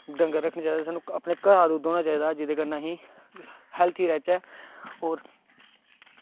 डंगर रक्खने चाहिदे सानूं अपने घर दा दुद्ध होना चाहिदा जेह्दे कन्नै असीं हैल्थ च रैह्चै होर